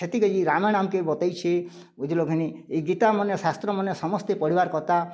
ସେତି କେଇ ରାମାୟଣ ଆମକେ ବତାଇଛେ ବୁଝିଲ କିନି ଏଇ ଗୀତା ମାନେ ଶାସ୍ତ୍ରମାନେ ସମସ୍ତେ ପଢ଼ିବାର୍ କଥା